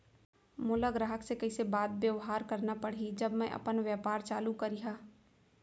मोला ग्राहक से कइसे बात बेवहार करना पड़ही जब मैं अपन व्यापार चालू करिहा?